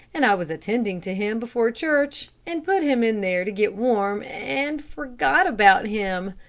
and i was attending to him before church, and put him in there to get warm, and forgot about him.